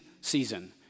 season